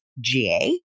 GA